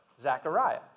Zechariah